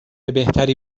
بهتری